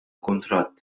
kuntratt